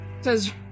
Says